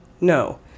no